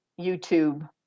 youtube